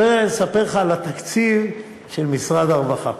אני רוצה לספר לך על התקציב של משרד הרווחה.